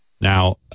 Now